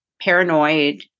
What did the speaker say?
paranoid